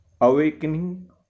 awakening